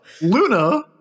Luna